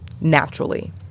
naturally